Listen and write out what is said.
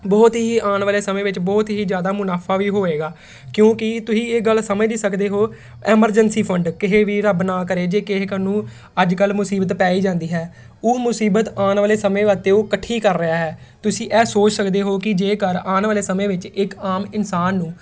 ਬਹੁਤ ਹੀ ਆਉਣ ਵਾਲੇ ਸਮੇਂ ਵਿੱਚ ਬਹੁਤ ਹੀ ਜ਼ਿਆਦਾ ਮੁਨਾਫਾ ਵੀ ਹੋਏਗਾ ਕਿਉਂਕਿ ਤੁਸੀਂ ਇਹ ਗੱਲ ਸਮਝ ਨਹੀਂ ਸਕਦੇ ਹੋ ਐਮਰਜੈਂਸੀ ਫੰਡ ਕਿਸੇ ਵੀ ਰੱਬ ਨਾ ਕਰੇ ਜੇ ਕਿਸੇ ਕਾਨੂੰ ਅੱਜ ਕੱਲ੍ਹ ਮੁਸੀਬਤ ਪੈ ਹੀ ਜਾਂਦੀ ਹੈ ਉਹ ਮੁਸੀਬਤ ਆਉਣ ਵਾਲੇ ਸਮੇਂ ਵਾਸਤੇ ਉਹ ਇਕੱਠੀ ਕਰ ਰਿਹਾ ਹੈ ਤੁਸੀਂ ਇਹ ਸੋਚ ਸਕਦੇ ਹੋ ਕਿ ਜੇਕਰ ਆਉਣ ਵਾਲੇ ਸਮੇਂ ਵਿੱਚ ਇੱਕ ਆਮ ਇਨਸਾਨ ਨੂੰ